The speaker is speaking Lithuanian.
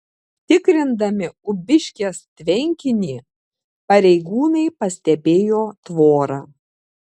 tikrindami ūbiškės tvenkinį pareigūnai pastebėjo tvorą